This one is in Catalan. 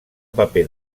paper